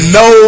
no